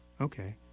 Okay